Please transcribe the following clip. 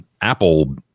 Apple